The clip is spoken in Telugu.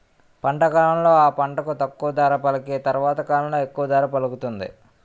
పంట కాలంలో ఆ పంటకు తక్కువ ధర పలికి తరవాత కాలంలో ఎక్కువ ధర పలుకుతుంది